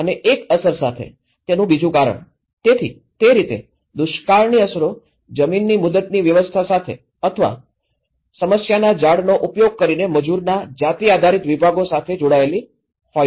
તેનું બીજું કારણ તેથી તે રીતે દુષ્કાળની અસરો જમીનની મુદતની વ્યવસ્થા સાથે અથવા સમસ્યાના ઝાડનો ઉપયોગ કરીને મજૂરના જાતિ આધારિત વિભાગો સાથે જોડાયેલી હોઈ શકે છે